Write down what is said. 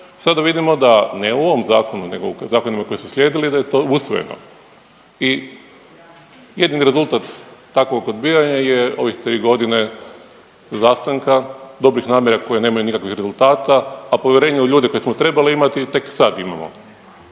sada vidimo da ne u ovom zakonu nego u zakonima koji su slijedili da je to usvojeno i jedini rezultat takvog odbijanja je ovih tri godine zastanka dobrih namjera koji nemaju nikakvih rezultata, a povjerenje u ljude kad smo trebali imati tek sad imamo.